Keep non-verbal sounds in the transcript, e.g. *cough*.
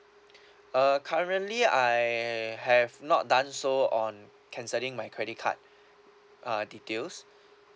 *breath* uh currently I have not done so on cancelling my credit card *breath* uh details *breath*